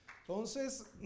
Entonces